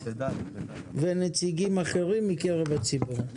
"ונציגים אחרים מקרב הציבור".